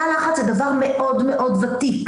תא לחץ זה דבר מאוד מאוד ותיק,